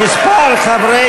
חברי